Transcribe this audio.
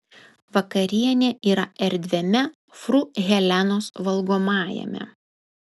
vakarienė yra erdviame fru helenos valgomajame